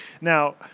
now